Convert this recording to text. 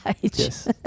Yes